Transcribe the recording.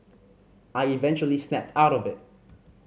I eventually snapped out of it